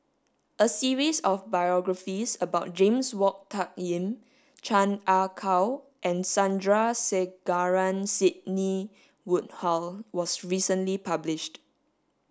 a series of biographies about James Wong Tuck Yim Chan Ah Kow and Sandrasegaran Sidney Woodhull was recently published